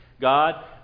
God